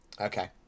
Okay